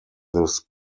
this